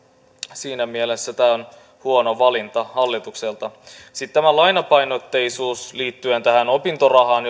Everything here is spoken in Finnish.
siinä mielessä tämä on huono valinta hallitukselta sitten tämä lainapainotteisuus liittyen tähän opintorahaan